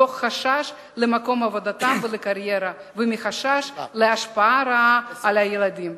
מתוך חשש למקום עבודתם ולקריירה ומחשש להשפעה רעה על הילדים.